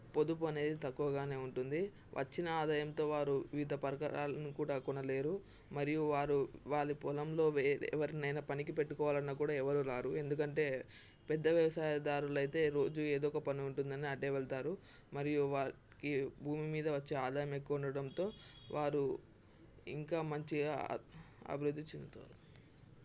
పొదుపు అనేది తక్కువగానే ఉంటుంది వచ్చిన ఆదాయంతో వారు వివిధ పరికరాలను కూడా కొనలేరు మరియు వారు వారి పొలంలో ఎవరినైనా పనికి పెట్టుకోవాలన్నా కూడా ఎవరూ రారు ఎందుకంటే పెద్ద వ్యవసాయదారులు అయితే రోజు ఏదో ఒక పని ఉంటుందని ఆడే వెళ్తారు మరియు వారికి భూమి మీద వచ్చే ఆదాయంఎక్కువ ఉండడంతో వారు ఇంకా మంచిగా అభివృద్ధి చెందుతారు